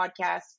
podcast